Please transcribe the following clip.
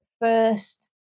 first